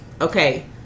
Okay